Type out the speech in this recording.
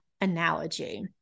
analogy